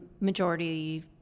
majority